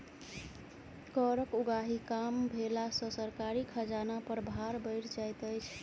करक उगाही कम भेला सॅ सरकारी खजाना पर भार बढ़ि जाइत छै